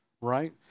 right